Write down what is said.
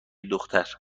دختر